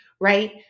right